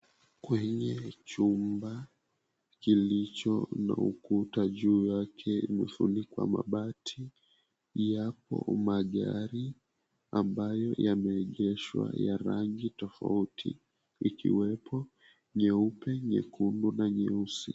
Kwenye jumba kilicho na ukuta juu yake imefunikwa mabati yapo magari ambayo yameegeshwa ya rangi tofauti, ikiwepo nyeupe, nyekundu na nyeusi.